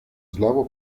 slavo